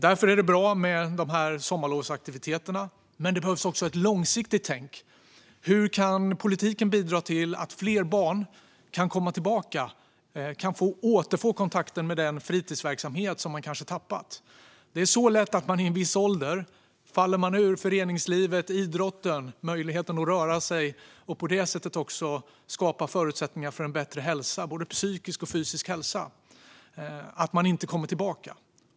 Därför är det bra med sommarlovsaktiviteterna, men det behövs också ett långsiktigt tänk. Hur kan politiken bidra till att fler barn kan komma tillbaka och återfå kontakten med den fritidsverksamhet som man kanske har tappat? Det är så lätt att man i en viss ålder faller ur föreningslivet, idrotten och möjligheten att röra sig och på det sättet också skapa förutsättningar för en bättre hälsa både fysiskt och psykiskt. Det är då lätt hänt att man inte kommer tillbaka.